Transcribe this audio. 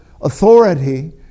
authority